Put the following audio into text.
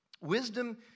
Wisdom